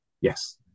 yes